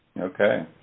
Okay